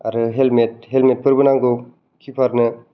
आरो हेलमेट हेलमेटफोरबो नांगौ किपारनो